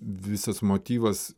visas motyvas